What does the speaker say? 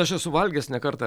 aš esu valgęs ne kartą